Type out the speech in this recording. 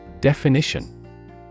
Definition